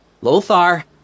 Lothar